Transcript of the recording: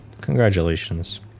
congratulations